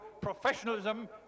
professionalism